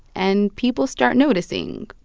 and people start noticing.